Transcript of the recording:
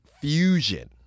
fusion